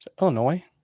Illinois